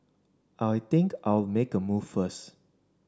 I think I'll make a move first